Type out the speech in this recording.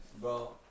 Bro